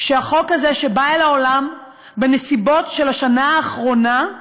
שהחוק הזה, שבא לעולם בנסיבות של השנה האחרונה,